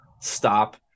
stop